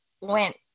went